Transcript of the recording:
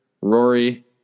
Rory